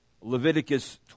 Leviticus